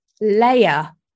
layer